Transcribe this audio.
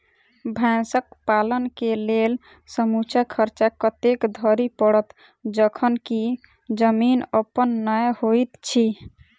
भैंसक पालन केँ लेल समूचा खर्चा कतेक धरि पड़त? जखन की जमीन अप्पन नै होइत छी